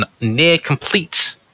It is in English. near-complete